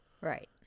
Right